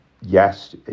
yes